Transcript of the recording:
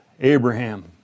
Abraham